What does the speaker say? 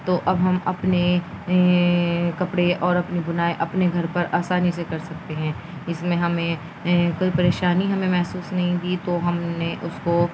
تو اب ہم اپنے کپڑے اور اپنی بنائی اپنے گھر پر آسانی سے کر سکتے ہیں اس میں ہمیں کوئی پریشانی ہمیں محسوس نہیں دی تو ہم نے اس کو